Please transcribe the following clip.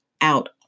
out